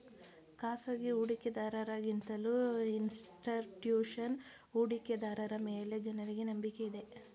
ಖಾಸಗಿ ಹೂಡಿಕೆದಾರರ ಗಿಂತಲೂ ಇನ್ಸ್ತಿಟ್ಯೂಷನಲ್ ಹೂಡಿಕೆದಾರರ ಮೇಲೆ ಜನರಿಗೆ ನಂಬಿಕೆ ಇದೆ